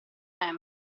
tempo